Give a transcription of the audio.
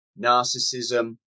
narcissism